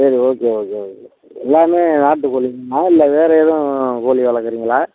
சரி okay okay okay okay எல்லாமே நாட்டு கோழிங்களா இல்லை வேற எதுவும் கோழி வளர்க்குறீங்களா